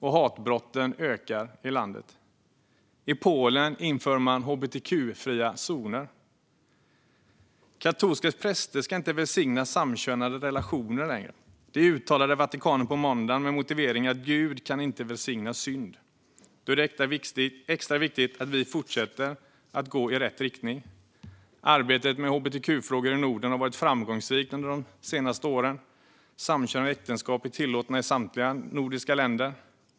Hatbrotten ökar i landet. I Polen inför man hbtq-fria zoner. Katolska präster ska inte välsigna samkönade relationer längre. Det uttalade Vatikanen på måndagen med motiveringen att Gud inte kan välsigna synd. Då är det extra viktigt att vi fortsätter att gå i rätt riktning. Arbetet med hbtq-frågor i Norden har varit framgångsrikt under de senaste åren. Samkönade äktenskap är tillåtna i samtliga nordiska länder.